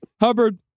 Hubbard